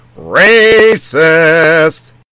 racist